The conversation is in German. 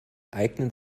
eignen